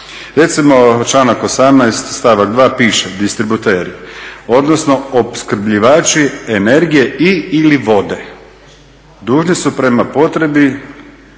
Recimo, članak 18. stavak 2. piše: "Distributer, odnosno opskrbljivači energije i/ili vode dužni su prema potrebi